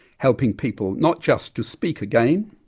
helping people not just to speak again,